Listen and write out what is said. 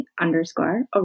underscore